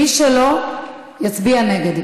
מי שלא, יצביע נגד.